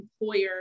employer